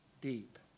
deep